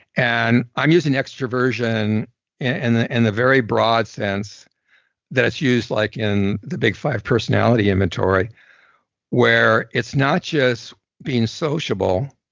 and i'm using extroversion and in and the very broad sense that's used like in the big five personality inventory where it's not just being sociable,